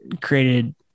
created